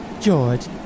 George